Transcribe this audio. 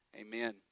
Amen